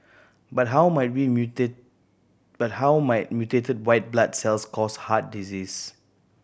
but how might but how might mutated white blood cells cause heart disease